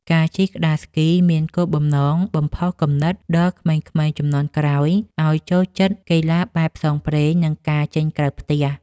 ការជិះក្ដារស្គីមានគោលបំណងបំផុសគំនិតដល់ក្មេងៗជំនាន់ក្រោយឱ្យចូលចិត្តកីឡាបែបផ្សងព្រេង និងការចេញក្រៅផ្ទះ។